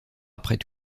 après